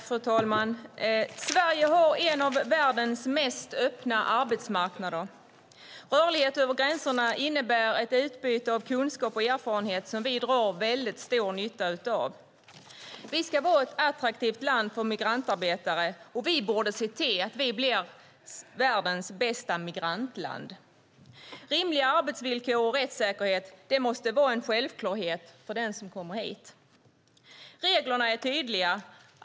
Fru talman! Sverige har en av världens mest öppna arbetsmarknader. Rörlighet över gränserna innebär ett utbyte av kunskap och erfarenheter som vi drar väldigt stor nytta av. Vi ska vara ett attraktivt land för migrantarbetare, och vi borde se till att vi blir världens bästa migrantland. Rimliga arbetsvillkor och rättssäkerhet måste vara en självklarhet för den som kommer hit. Reglerna är tydliga.